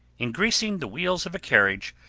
in greasing the wheels of a carriage,